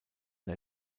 der